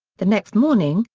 the next morning,